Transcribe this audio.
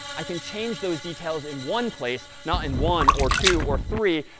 i can change those details in one place, not in one or two or three,